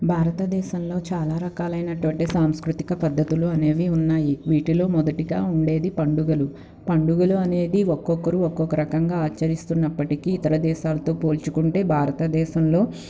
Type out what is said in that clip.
భారతదేశంలో చాలా రకాలైనటువంటి సాంస్కృతిక పద్ధతులు అనేవి ఉన్నాయి వీటిలో మొదటగా ఉండేది పండుగలు పండుగలు అనేది ఒక్కొక్కరు ఒక్కొక్క రకంగా ఆచరిస్తున్నప్పటికీ ఇతర దేశాలతో పోల్చుకుంటే భారతదేశంలో